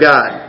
God